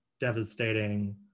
devastating